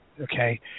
okay